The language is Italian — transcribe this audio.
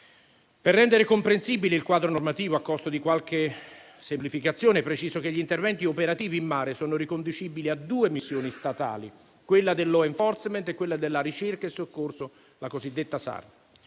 Per rendere comprensibile il quadro normativo, a costo di qualche semplificazione, preciso che gli interventi operativi in mare sono riconducibili a due missioni statali: quella del *law enforcement* e quella della ricerca e soccorso, la cosiddetta SAR.